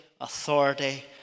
authority